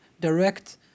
direct